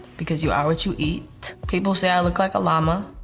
because you are what you eat. people say i look like a llama.